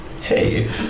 Hey